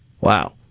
Wow